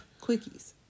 Quickies